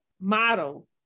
model